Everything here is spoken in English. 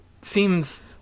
seems